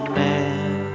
man